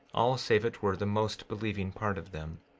all save it were the most believing part of them,